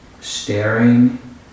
staring